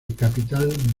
capital